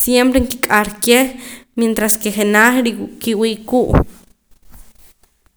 siempre nikik'ar keh mientras ke jenaj ri kiwii' kuu'